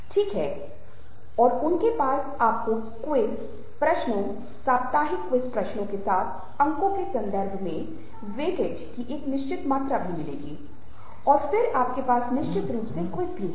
ठीक है और उनके पास आपके क्विज़ प्रश्नों साप्ताहिक क्विज़ प्रश्नों के साथ अंकों के संदर्भ में बल भार वेटेज Weightage की एक निश्चित मात्रा है और फिर आपके पास निश्चित रूप से क्विज़ हैं